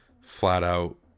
flat-out